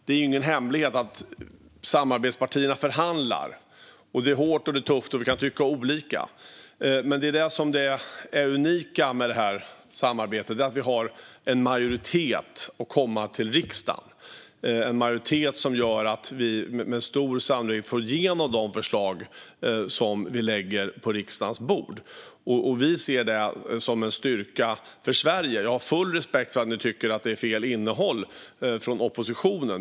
Det är ingen hemlighet att samarbetspartierna förhandlar. Det är hårt och tufft, och vi kan tycka olika. Men det unika med det här samarbetet är att vi har en majoritet när vi kommer till riksdagen. Denna majoritet gör att vi med stor sannolikhet får igenom de förslag som vi lägger på riksdagens bord. Vi ser det som en styrka för Sverige. Jag har full respekt för att ni i oppositionen tycker att det är fel innehåll.